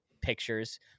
pictures